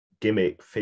gimmick